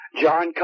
John